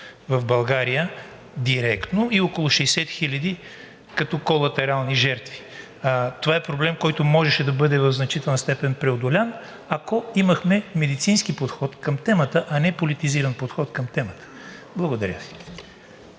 в България и около 60 хиляди като колатерални жертви. Това е проблем, който можеше да бъде в значителна степен преодолян, ако имахме медицински подход към темата, а не политизиран подход към темата. Благодаря Ви.